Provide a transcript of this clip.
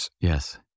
Yes